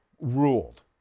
ruled